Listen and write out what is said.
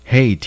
Hey